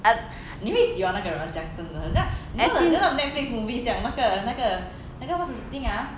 a~ as in